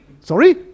Sorry